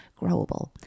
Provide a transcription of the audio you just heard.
growable